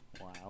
Wow